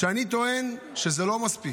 ואני טוען שזה לא מספיק.